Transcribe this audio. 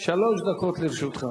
שלוש דקות לרשותך.